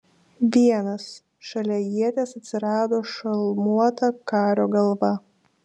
vienas šalia ieties atsirado šalmuota kario galva